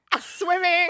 swimming